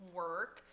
work